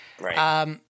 Right